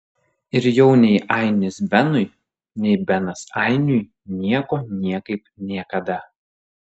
ir jau nei ainis benui nei benas ainiui nieko niekaip niekada